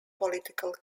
political